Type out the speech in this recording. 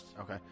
Okay